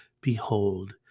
behold